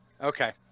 Okay